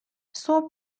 صبح